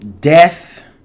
death